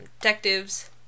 detectives